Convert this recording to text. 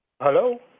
Hello